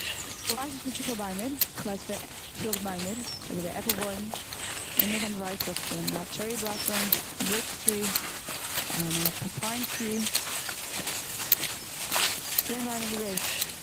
כ'ווייס נישט פון צופיל ביימער. כ'ווייס פון פרוכט ביימער, אזויווי א עפל בוים. און נאך דעם ווייס איך פון אטשערי בלאסאמס, בירטש טרי, א פיין טרי. מער ווייניגער דאס.